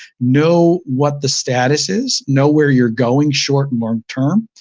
know what the status is, know where you're going short and long-term,